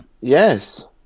Yes